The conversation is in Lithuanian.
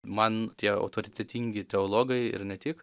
man tie autoritetingi teologai ir ne tik